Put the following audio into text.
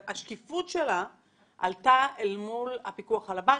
השקיפות של הסוגיה הזאת עלתה אל מול הפיקוח על הבנקים.